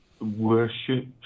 worship